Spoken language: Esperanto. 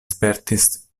spertis